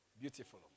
Beautiful